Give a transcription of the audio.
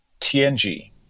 TNG